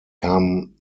kam